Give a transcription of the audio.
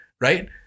right